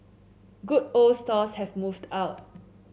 good old stalls have moved out